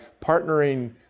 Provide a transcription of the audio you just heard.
partnering